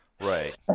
right